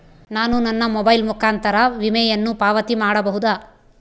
ನಾನು ನನ್ನ ಮೊಬೈಲ್ ಮುಖಾಂತರ ವಿಮೆಯನ್ನು ಪಾವತಿ ಮಾಡಬಹುದಾ?